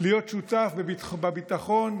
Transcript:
להיות שותף בביטחון,